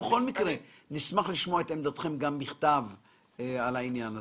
בכל מקרה נשמח לשמוע את עמדתכם גם בכתב על העניין הזה.